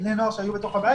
בני נוער שהיו בתוך הבית